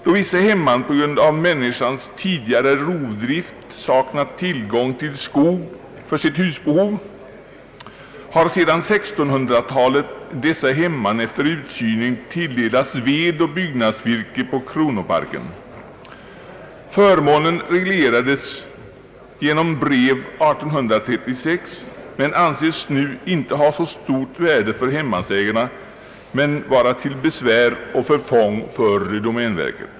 Då vissa hemman på grund av människans tidigare rovdrift saknat tillgång till skog för sitt husbehov, har sedan 1600-talet dessa hemman efter utsyning tilldelats ved och byggnadsvirke på kronoparken. Förmånen reglerades genom brev 1836. Den anses nu inte ha så stort värde för hemmansägarna men vara till besvär och förfång för domänverket.